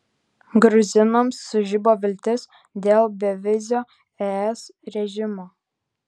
gruzinams sužibo viltis dėl bevizio es režimo